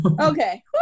Okay